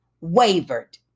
wavered